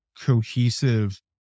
cohesive